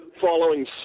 following